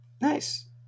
Nice